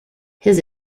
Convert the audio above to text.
his